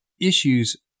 issues